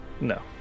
No